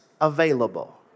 available